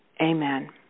Amen